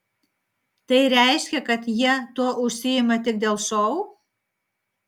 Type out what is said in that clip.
tai reiškia kad jie tuo užsiima tik dėl šou